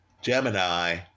gemini